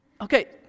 Okay